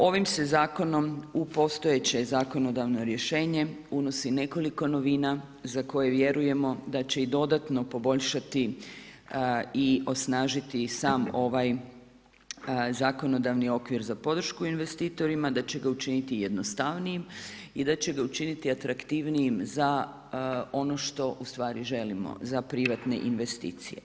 Ovim se zakonom u postojeće zakonodavno rješenje unosi nekoliko novina za koje vjerujemo da će i dodatno poboljšati i osnažiti sam ovaj zakonodavni okvir za području investitorima, da će ga učiniti jednostavnijim i da će ga učiniti atraktivnijim za ono što ustvari želimo za privatne investicije.